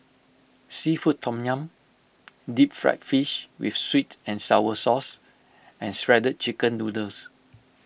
Seafood Tom Yum Deep Fried Fish with Sweet and Sour Sauce and Shredded Chicken Noodles